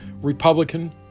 Republican